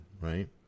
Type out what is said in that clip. right